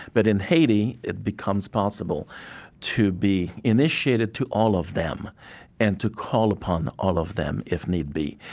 but in haiti, it becomes possible to be initiated to all of them and to call upon all of them if need be.